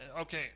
okay